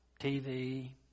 TV